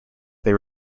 they